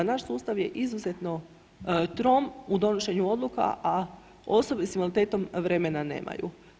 Naš sustav je izuzetno trom u donošenju odluka, a osobe s invaliditetom vremena nemaju.